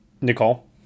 Nicole